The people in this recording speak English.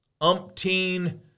umpteen